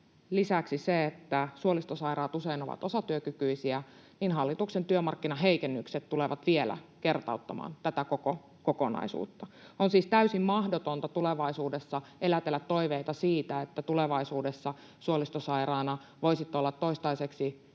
lisäksi se, että suolistosairaat usein ovat osatyökykyisiä, niin hallituksen työmarkkinaheikennykset tulevat vielä kertauttamaan tätä koko kokonaisuutta. On siis täysin mahdotonta tulevaisuudessa elätellä toiveita siitä, että tulevaisuudessa suolistosairaana voisit olla toistaiseksi